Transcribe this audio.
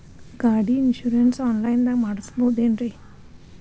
ಗಾಡಿ insurance online ದಾಗ ಮಾಡಸ್ಬಹುದೆನ್ರಿ?